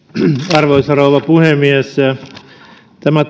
arvoisa rouva puhemies tämä